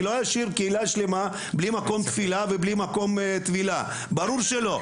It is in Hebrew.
אני לא אשאיר קהילה שלמה בלי מקום תפילה ובלי מקום טבילה ברור שלא,